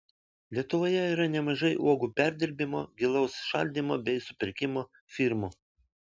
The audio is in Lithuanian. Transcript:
lietuvoje yra nemažai uogų perdirbimo gilaus šaldymo bei supirkimo firmų